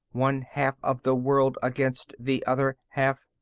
one half of the world against the other half.